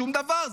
שום דבר,